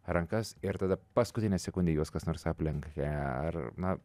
rankas ir tada paskutinę sekundę juos kas nors aplenkia ar na